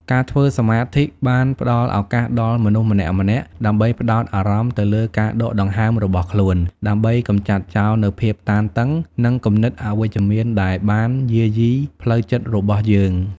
ការធ្វើសមាធិបានផ្តល់ឱកាសដល់មនុស្សម្នាក់ៗដើម្បីផ្ដោតអារម្មណ៍ទៅលើការដកដង្ហើមរបស់ខ្លួន ដើម្បីកម្ចាត់ចោលនូវភាពតានតឹង និងគំនិតអវិជ្ជមានដែលបានយាយីផ្លូវចិត្តរបស់យើង។